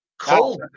Cold